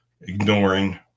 ignoring